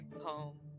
home